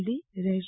D રહેશે